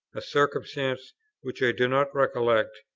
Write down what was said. a circumstance which i do not recollect,